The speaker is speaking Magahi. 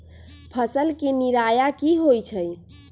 फसल के निराया की होइ छई?